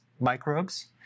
microbes